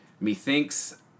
methinks